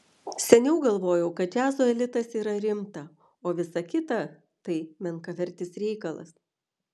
seniau galvojau kad džiazo elitas yra rimta o visa kita tai menkavertis reikalas